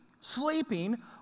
sleeping